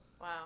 wow